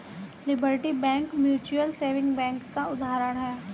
liberty Bank mutual saving bank का उदाहरण है